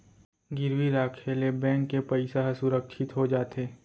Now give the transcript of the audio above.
गिरवी राखे ले बेंक के पइसा ह सुरक्छित हो जाथे